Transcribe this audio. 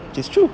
it's true